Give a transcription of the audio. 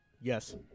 Yes